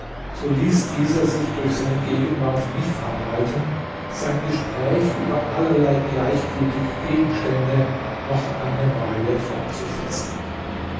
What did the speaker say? so ließ dieser sich durch seine gegenwart nicht abhalten sein gespräch über allerlei gleichgültige gegenstände noch eine weile fortzusetzen